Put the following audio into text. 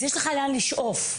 יש לך לאן לשאוף,